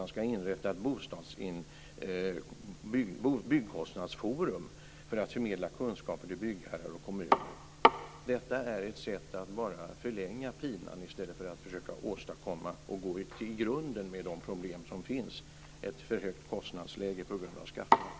Man ska inrätta ett byggkostnadsforum för att förmedla kunskaper till byggherrar och kommuner. Detta är ett sätt att bara förlänga pinan i stället för att gå till grunden med det problem som finns, ett för högt kostnadsläge på grund av skatter.